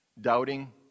doubting